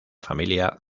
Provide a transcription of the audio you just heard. familia